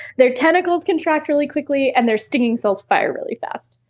their tentacles contract really quickly, and their stinging cells fire really fast.